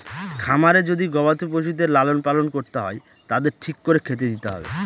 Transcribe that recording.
খামারে যদি গবাদি পশুদের লালন পালন করতে হয় তাদের ঠিক করে খেতে দিতে হবে